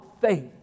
faith